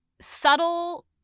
subtle